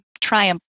triumph